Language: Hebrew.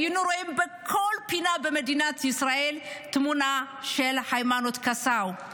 היינו רואים בכל פינה במדינת ישראל תמונה של היימנוט קסאו.